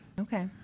Okay